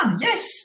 yes